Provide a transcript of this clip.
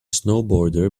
snowboarder